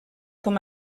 com